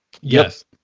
Yes